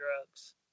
drugs